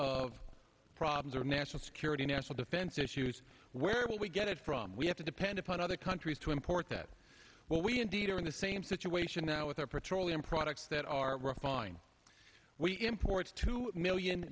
of problems of national security national defense issues where we get it from we have to depend upon other countries to import that well we indeed are in the same situation now with our petroleum products that are refined we import two million